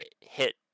hit